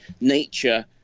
nature